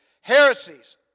heresies